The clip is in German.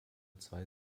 zwei